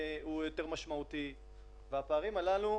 איזון וארנונה למגורים, וזה גם הרשויות הערביות,